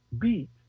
beat